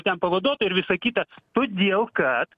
ten pavaduotoja ir visa kita todėl kad